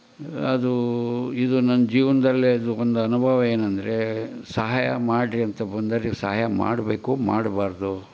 ಅದು ಇದು ನನ್ನ ಜೀವನದಲ್ಲೆ ಅದು ಒಂದು ಅನುಭವ ಏನಂದ್ರೆ ಸಹಾಯ ಮಾಡಿರಿ ಅಂತ ಬಂದೋರಿಗೆ ಸಹಾಯ ಮಾಡಬೇಕೊ ಮಾಡಬಾರ್ದೊ